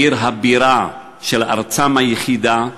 בעיר הבירה של ארצם היחידה,